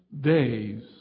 days